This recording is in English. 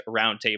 Roundtable